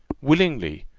willingly.